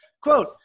Quote